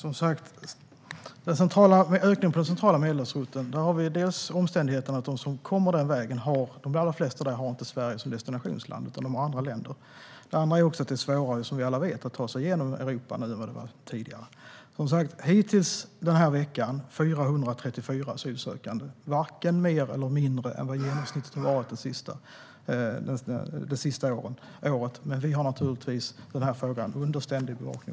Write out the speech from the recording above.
Herr talman! Vad gäller ökningen vid den centrala Medelhavsrutten har de allra flesta som kommer den vägen inte Sverige som destinationsland utan andra länder. Och som vi alla vet är det svårare att ta sig igenom Europa än vad det var tidigare. Hittills har det under den senaste veckan kommit 434 asylsökande. Det är varken mer eller mindre än genomsnittet det senaste året. Men vi har naturligtvis frågan under ständig bevakning.